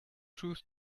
truth